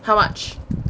how much